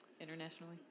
internationally